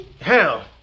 hell